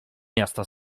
miasta